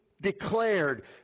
declared